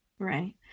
Right